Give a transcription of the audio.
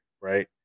Right